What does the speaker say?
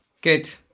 Good